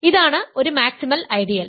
അതിനാൽ ഇതാണ് ഒരു മാക്സിമൽ ഐഡിയൽ